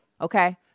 Okay